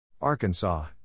Arkansas